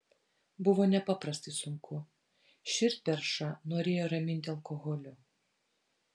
buvo nepaprastai sunku širdperšą norėjo raminti alkoholiu